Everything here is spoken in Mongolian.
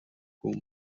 бүү